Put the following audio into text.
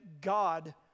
God